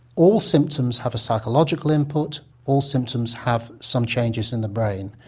all symptoms have a psychological input all symptoms have some changes in the brain.